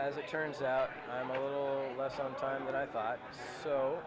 as it turns out i'm a little less on time but i thought so